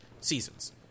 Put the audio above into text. seasons